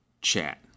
chat